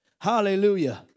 Hallelujah